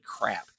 crap